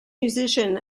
musician